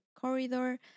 corridor